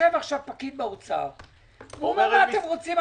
יושב עכשיו פקיד במשרד האוצר ואומר: מה אתם רוצים?